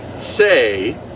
say